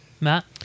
Matt